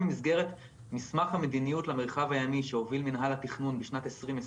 במסגרת מסמך המדיניות למרחב הימי שהוביל מינהל התכנון בשנת 2020,